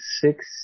six